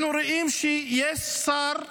אנחנו רואים שיש שר אוצר,